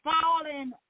falling